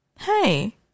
hey